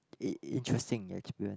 it interesting experience